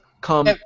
come